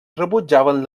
rebutjaven